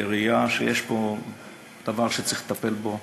בראייה שיש פה דבר שצריך לטפל בו